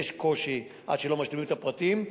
יש קושי עד שלא משלימים את הפרטים,